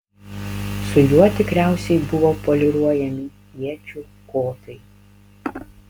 su juo tikriausiai buvo poliruojami iečių kotai